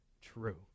true